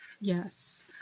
Yes